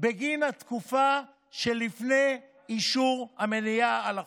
בגין התקופה שלפני אישור במליאה של החוק.